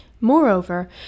Moreover